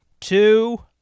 two